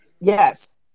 Yes